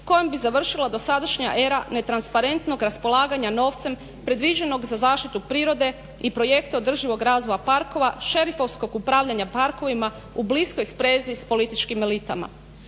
kojom bi završila dosadašnja era netransparentnog raspolaganja novcem predviđenog za zaštitu prirode i projekte održivog razvoja parkova, šerifovskog upravljanja parkovima u bliskoj sprezi s političkim elitama.